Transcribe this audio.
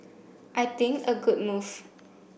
I think a good move